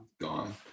Gone